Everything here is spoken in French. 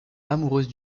amoureuse